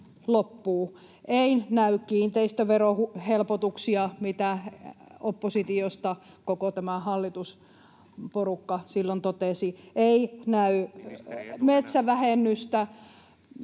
Ei näy kiinteistöverohelpotuksia, mitä oppositiosta koko tämä hallitusporukka silloin totesi, [Mikko Savola: Ministeri